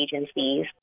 agencies